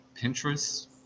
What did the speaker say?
Pinterest